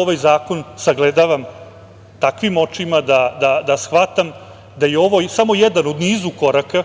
ovaj zakon sagledavam takvim očima da shvatam da je ovo samo jedan u nizu koraka